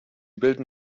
bilden